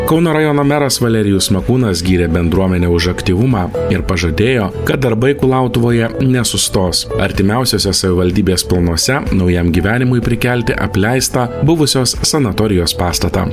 kauno rajono meras valerijus makūnas gyrė bendruomenę už aktyvumą ir pažadėjo kad darbai kulautuvoje nesustos artimiausiuose savivaldybės planuose naujam gyvenimui prikelti apleistą buvusios sanatorijos pastatą